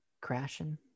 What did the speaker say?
crashing